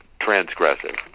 transgressive